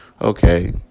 okay